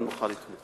ונוכל לתמוך.